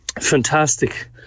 fantastic